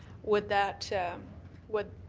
would that would